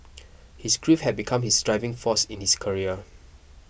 his grief have become his driving force in his career